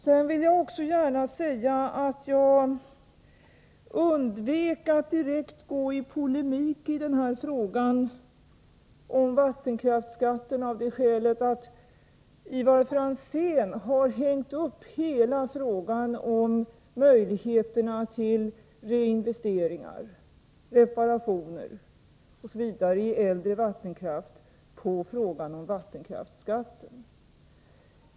Sedan vill jag gärna säga att jag undvek att direkt gå i polemik i frågan om vattenkraftsskatten, av det skälet att Ivar Franzén har hängt upp hela frågan om möjligheterna till reinvesteringar, reparationer osv. i äldre vattenkraftverk på frågan om vattenkraftsskatten.